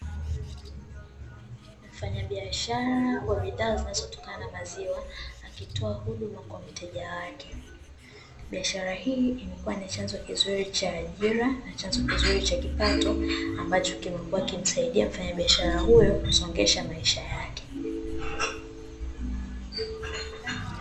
Mfanyabiashara wa bidhaa zinazotokana na maziwa akitoa huduma kwa mteja wake. Biashara hii imekua ni chanzo kizuri cha ajira na chanzo kizuri cha kipato, ambacho kimekua kikimsaidia mfanyabiashara huyo kusongesha maisha yake.